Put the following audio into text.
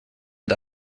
and